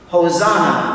Hosanna